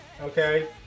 okay